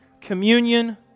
communion